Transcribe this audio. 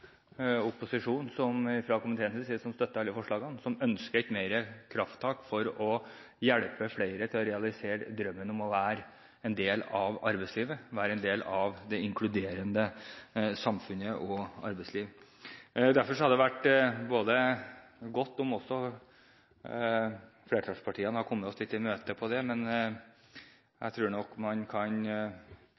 opposisjon i komiteen som støtter alle forslagene, og som ønsker et krafttak for å hjelpe flere til å realisere drømmen om å være en del av arbeidslivet og det inkluderende samfunnet. Derfor hadde det vært godt om også flertallspartiene hadde kommet oss litt i møte på det, men jeg tror nok at undrenes tid nok er forbi, så man kan